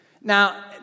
Now